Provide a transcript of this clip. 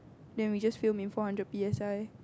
then we just film in four hundred P_S_I